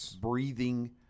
breathing